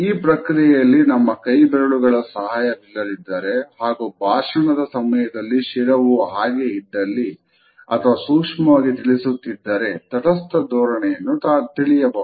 ಈ ಪ್ರಕ್ರಿಯೆಯಲ್ಲಿ ನಮ್ಮ ಕೈಬೆರಳುಗಳ ಸಹಾಯವಿಲ್ಲದಿದ್ದರೆ ಹಾಗೂ ಭಾಷಣದ ಸಮಯದಲ್ಲಿ ಶಿರವು ಹಾಗೆ ಇದ್ದಲ್ಲಿ ಅಥವಾ ಸೂಕ್ಷ್ಮವಾಗಿ ತಿಳಿಸುತ್ತಿದ್ದಾರೆ ತಟಸ್ಥ ಧೋರಣೆಯನ್ನು ತಿಳಿಯಬಹುದು